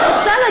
למה?